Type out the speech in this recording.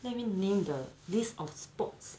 let me name the list of sports